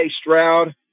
Stroud